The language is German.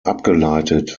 abgeleitet